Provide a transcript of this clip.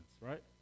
right